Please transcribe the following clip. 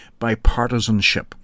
bipartisanship